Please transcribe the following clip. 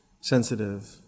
sensitive